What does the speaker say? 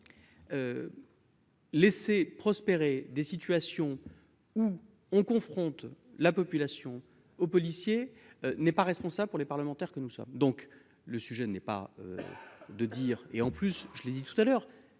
Laisser prospérer des situations où on confronte la population aux policiers n'est pas responsable pour les parlementaires que nous sommes donc le sujet n'est pas de dire et en plus je l'ai dit tout à l'heure,